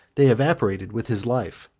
they evaporated with his life.